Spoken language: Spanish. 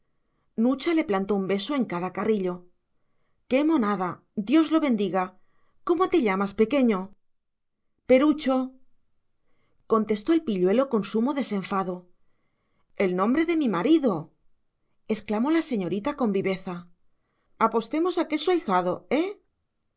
nucha le plantó un beso en cada carrillo qué monada dios lo bendiga cómo te llamas pequeño perucho contestó el pilluelo con sumo desenfado el nombre de mi marido exclamó la señorita con viveza apostemos a que es su ahijado eh